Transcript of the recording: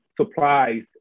supplies